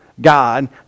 God